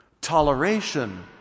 Toleration